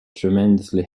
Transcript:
tremendously